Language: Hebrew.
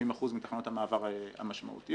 70% מתחנות המעבר המשמעותיות.